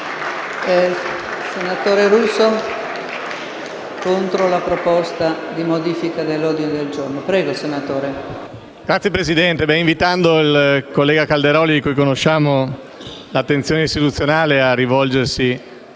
Signora Presidente, invito il collega Calderoli, del quale conosciamo l'attenzione istituzionale, a rivolgersi